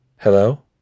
Hello